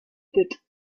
did